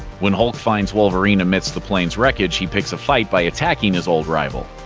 when hulk finds wolverine amidst the plane's wreckage, he picks a fight by attacking his old rival.